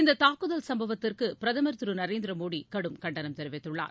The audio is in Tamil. இந்த தாக்குதல் சம்பவத்திற்கு பிரதமர் திரு நரேந்திர மோடி கடும் கண்டனம் தெரிவித்துள்ளார்